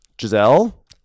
Giselle